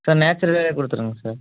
sir நேச்சுரலே கொடுத்துருங்க sir